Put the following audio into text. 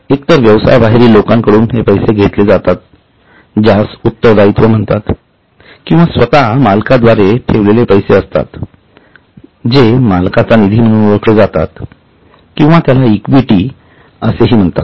एकतर व्यवसायाबाहेरील लोकांकडून हे पैसे घेतले जातात ज्यास उत्तरदायित्व म्हणतात किंवा स्वत मालकांद्वारे ठेवलेले पैसे असतात जे मालकांचा निधी म्हणून ओळखले जातात किंवा त्याला इक्विटी असेही म्हणतात